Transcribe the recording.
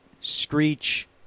Screech